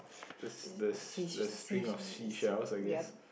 the s~ the s~ the string of seashells I guess